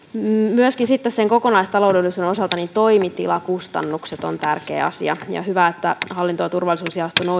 myöskin kokonaistaloudellisuuden osalta toimitilakustannukset ovat tärkeä asia hyvä että hallinto ja turvallisuusjaosto